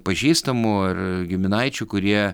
pažįstamų ar giminaičių kurie